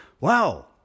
Wow